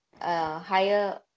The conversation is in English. higher